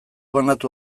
banatu